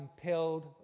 compelled